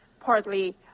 partly